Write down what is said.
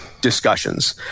discussions